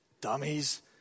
dummies